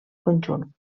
conjunt